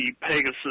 Pegasus